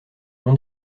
non